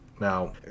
now